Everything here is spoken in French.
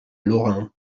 lorin